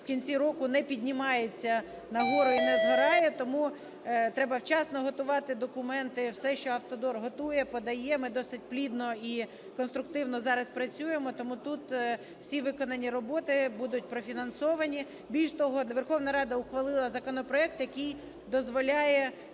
в кінці року не піднімається нагору і не згорає, тому треба вчасно готувати документи. Все, що "Автодор" готує, подає, ми досить плідно і конструктивно зараз працюємо, тому тут всі виконані роботи будуть профінансовані. Більше того, Верховна Рада ухвалила законопроект, який дозволяє